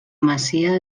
masia